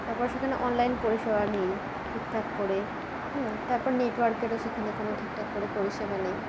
তারপর সেখানে অনলাইন পরিষেবা নেই ঠিক ঠাক করে তারপর নেটওয়ার্কেরও সেখানে কোনো ঠিক ঠাক করে পরিষেবা নেই